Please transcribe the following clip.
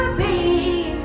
be